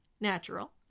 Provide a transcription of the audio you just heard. natural